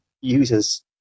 users